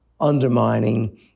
undermining